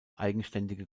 eigenständige